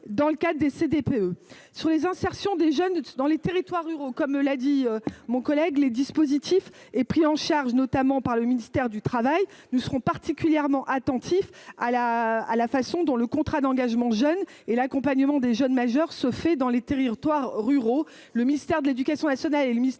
dans le cas des CD DPE sur les insertion des jeunes dans les territoires ruraux, comme l'a dit mon collègue les dispositifs et pris en charge, notamment par le ministère du Travail, nous serons particulièrement attentifs à la à la façon dont le contrat d'engagement, jeune et l'accompagnement des jeunes majeurs se fait dans les territoires ruraux, le ministère de l'éducation nationale et le ministère